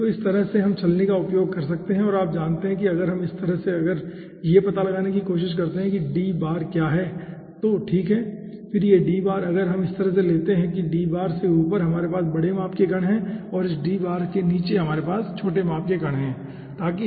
तो इस तरह से हम छलनी का उपयोग कर सकते हैं और आप जानते हैं कि अगर इस तरह से अगर हम यह पता लगाने की कोशिश करते हैं कि d बार क्या है तो ठीक है और फिर यह d बार अगर हम इस तरह से लेते हैं कि d बार से ऊपर हमारे पास बड़े माप के कण है और इस d बार के नीचे हमारे पास छोटे माप के कण हैं ठीक है